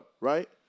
Right